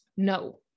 No